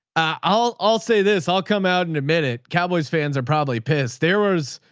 i'll, i'll say this i'll come out and admit it. cowboys fans are probably pissed. there was,